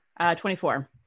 24